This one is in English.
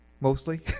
mostly